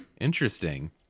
Interesting